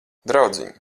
draudziņ